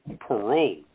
parole